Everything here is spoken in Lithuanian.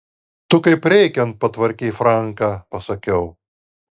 tu kaip reikiant patvarkei franką pasakiau